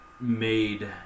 made